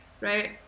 right